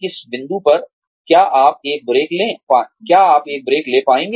किस बिंदु पर क्या आप एक ब्रेक ले पाएंगे